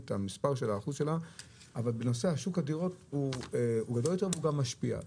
אבל בנושא שוק הדירות חלקה גדול יותר והוא גם משפיע.